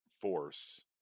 force